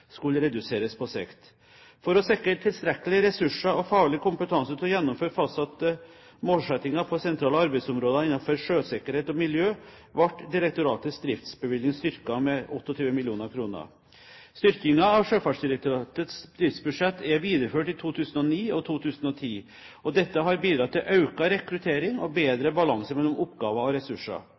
skulle reduseres på sikt. For å sikre tilstrekkelige ressurser og faglig kompetanse til å gjennomføre fastsatte målsettinger på sentrale arbeidsområder innenfor sjøsikkerhet og miljø, ble direktoratets driftsbevilgninger styrket med 28 mill. kr. Styrkingen av Sjøfartsdirektoratets driftsbudsjett er videreført i 2009 og 2010. Dette har bidratt til økt rekruttering og bedre balanse mellom oppgaver og ressurser.